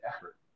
effort